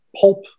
pulp